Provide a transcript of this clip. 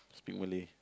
speak Malay